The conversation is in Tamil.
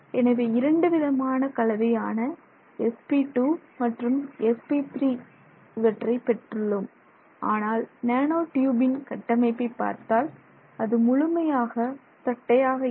எனவே இரண்டு விதமான கலவையான sp2 மற்றும் sp3 இவற்றை பெற்றுள்ளோம் ஆனால் நேனோ ட்யூபின் கட்டமைப்பை பார்த்தால் அது முழுமையாக தட்டையாக இல்லை